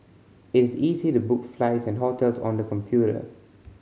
it is easy to book flights and hotels on the computer